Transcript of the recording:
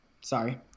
Sorry